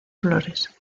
flores